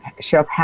chef